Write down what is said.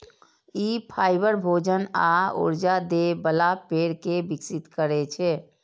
ई fibre, भोजन आ ऊर्जा दै बला पेड़ कें विकसित करै छै